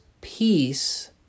peace